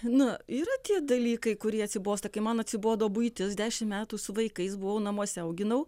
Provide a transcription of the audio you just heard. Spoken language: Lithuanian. nu yra tie dalykai kurie atsibosta kai man atsibodo buitis dešim metų su vaikais buvau namuose auginau